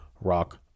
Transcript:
Rock